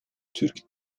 türk